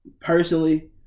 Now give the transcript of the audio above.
personally